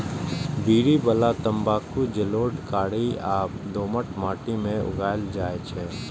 बीड़ी बला तंबाकू जलोढ़, कारी आ दोमट माटि मे उगायल जाइ छै